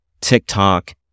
TikTok